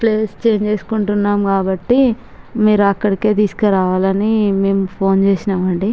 place change చేసుకుంటున్నాము కాబట్టి మీరు అక్కడికే తీసుకు రావాలని మేము ఫోన్ చేసినామండి